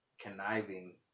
conniving